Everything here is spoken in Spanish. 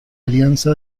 alianza